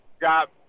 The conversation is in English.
got